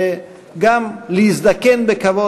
וגם להזדקן בכבוד,